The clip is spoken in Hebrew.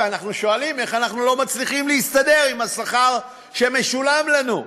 ואנחנו שואלים איך אנחנו לא מצליחים להסתדר עם השכר שמשולם לנו,